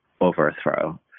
overthrow